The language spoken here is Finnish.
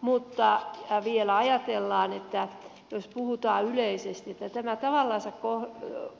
mutta vielä jos puhutaan yleisesti niin tämä tavallansa